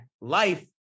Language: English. life